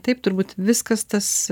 taip turbūt viskas tas